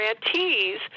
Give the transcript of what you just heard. grantees